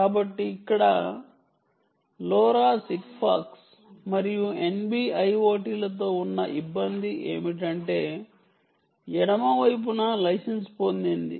కాబట్టి ఇక్కడ LORA SigFox మరియు NB IoT లతో ఉన్న ఇబ్బంది ఏమిటంటే ఎడమ వైపున లైసెన్స్ పొందింది